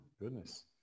goodness